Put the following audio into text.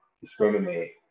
discriminate